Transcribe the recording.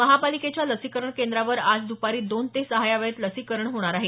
महापालिकेच्या लसीकरण केंद्रावर आज द्पारी दोन ते सहा यावेळेत लसीकरण होणार आहे